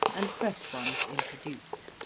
and fresh ones introduced.